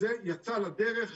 זה יצא לדרך.